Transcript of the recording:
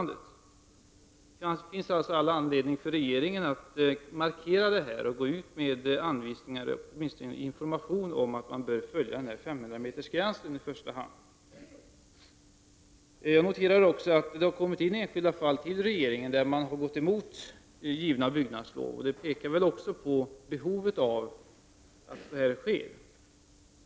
Det finns alltså all anledning för regeringen att markera detta och gå ut med anvisningar eller åtminstone information om att man bör följa 500-metersgränsen i första hand. Jag noterar också att det har kommit enskilda fall för regeringens prövning där man gått emot givna byggnadslov. Också det är väl ett tecken på behovet av att den här informationen går ut.